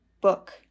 book